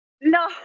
no